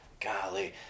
golly